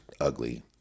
ugly